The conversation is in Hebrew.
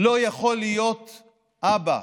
לא יכול להיות אבא,